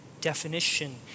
definition